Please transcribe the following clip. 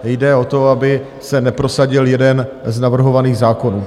Jde o to, aby se neprosadil jeden z navrhovaných zákonů.